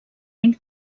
ell